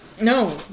No